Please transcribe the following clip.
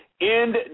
end